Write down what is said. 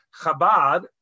Chabad